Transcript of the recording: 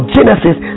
Genesis